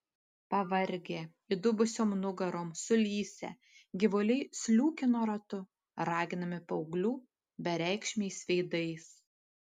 pavargę įdubusiom nugarom sulysę gyvuliai sliūkino ratu raginami paauglių bereikšmiais veidais